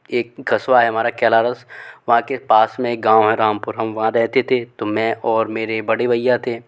एक कस्बा है हमारा केलारस वहाँ के पास में एक गाँव है रामपुर हम वहाँ रहते ते तो मैं और मेरे बड़े भैया थे